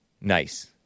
Nice